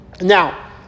Now